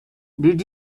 did